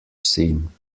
seen